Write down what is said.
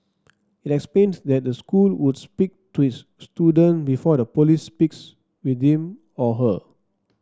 it explained that the school would speak to its student before the police speaks with him or her